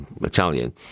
Italian